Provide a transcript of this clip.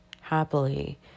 happily